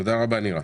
תודה רבה, נירה.